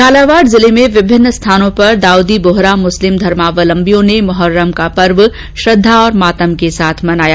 झालावाड़ जिले में विभिन्न स्थानों पर दाउदी बोहरा मुस्लिम धर्मावलम्बियों ने मोहर्रम का पर्व श्रद्वा और मातम के साथ मनाया